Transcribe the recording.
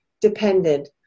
dependent